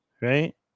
Right